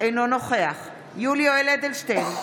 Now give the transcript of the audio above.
אינו נוכח יולי יואל אדלשטיין,